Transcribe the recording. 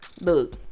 Look